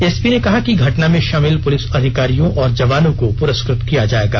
SP ने कहा कि घटना में शामिल पुलिस अधिकारियों और जवानों को पुरस्क त किया जाएगा